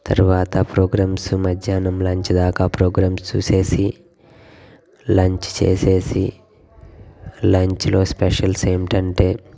తర్వాత ప్రోగ్రామ్స్ మధ్యాహ్నం లంచ్ దాకా ప్రోగ్రామ్స్ చూసి లంచ్ చేసి లంచ్లో స్పెషల్స్ ఏమిటి అంటే